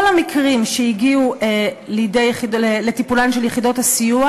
שכל המקרים שהגיעו לטיפולן של יחידות הסיוע